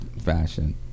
fashion